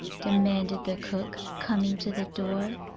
demanded the cook, coming to the door.